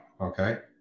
Okay